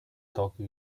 toca